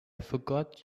forgot